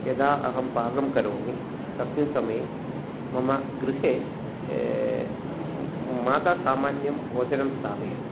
यदा अहं पाकं करोमि तस्मिन् समये मम गृहे माता सामान्यं भोजनं स्थापयति